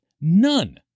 None